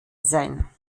sein